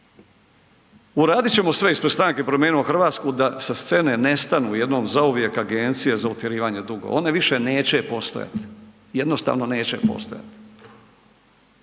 Uradit ćemo sve ispred stranke Promijenimo Hrvatsku da sa scene nestanu jednom zauvijek agencije za utjerivanje dugova, one više neće postojati, jednostavno neće postojati.